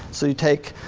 so you take,